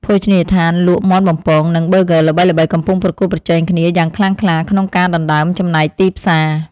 ភោជនីយដ្ឋានលក់មាន់បំពង និងប៊ឺហ្គឺល្បីៗកំពុងប្រកួតប្រជែងគ្នាយ៉ាងខ្លាំងក្លាក្នុងការដណ្តើមចំណែកទីផ្សារ។